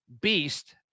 beast